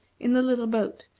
in the little boat,